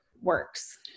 works